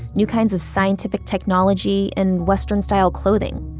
new kinds of scientific technology, and western-style clothing.